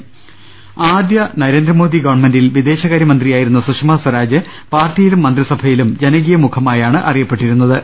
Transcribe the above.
്്്്്്്്് ആദ്യ നരേന്ദ്രമോദി ഗവൺമെന്റിൽ വിദേശകാര്യമന്ത്രിയായിരുന്ന സുഷ മ സ്വരാജ് പാർട്ടിയിലും മന്ത്രിസഭയിലും ജനകീയ മുഖമായാണ് അറിയപ്പെട്ടിരുന്ന ത്